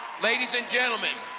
ladies and gentlemen,